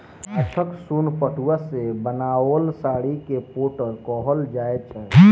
गाछक सोन पटुआ सॅ बनाओल साड़ी के पटोर कहल जाइत छै